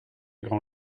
grand